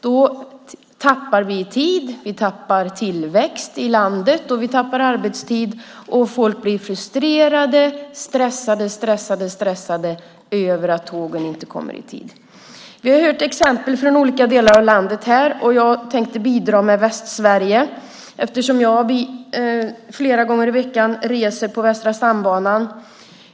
Då tappar vi tid, tillväxt i landet och arbetstid. Folk blir frustrerade och mycket stressade över att tågen inte kommer i tid. Vi har hört exempel från olika delar av landet. Jag tänkte bidra med Västsverige, eftersom jag flera gånger i veckan reser på Västra stambanan.